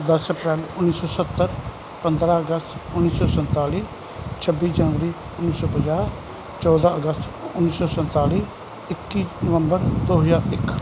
ਦਸ ਅਪ੍ਰੈਲ ਉੱਨੀ ਸੌ ਸੱਤਰ ਪੰਦਰਾਂ ਅਗਸਤ ਉੱਨੀ ਸੌ ਸੰਤਾਲੀ ਛੱਬੀ ਜਨਵਰੀ ਉੱਨੀ ਸੌ ਪੰਜਾਹ ਚੌਦਾਂ ਅਗਸਤ ਉੱਨੀ ਸੌ ਸੰਤਾਲੀ ਇੱਕੀ ਨਵੰਬਰ ਦੋ ਹਜ਼ਾਰ ਇੱਕ